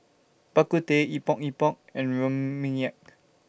Bak Kut Teh Epok Epok and Rempeyek